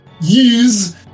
use